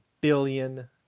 billion